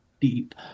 deep